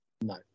No